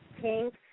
Pink